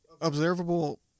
observable